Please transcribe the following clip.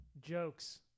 jokes